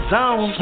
zone